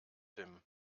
tim